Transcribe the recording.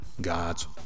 God's